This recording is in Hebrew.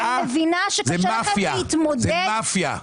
זה מאפיה.